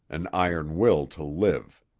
an iron will to live.